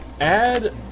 add